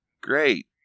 great